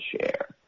share